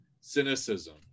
Cynicism